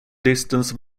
distance